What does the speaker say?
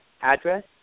address